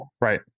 Right